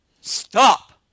stop